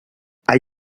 hay